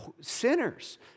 sinners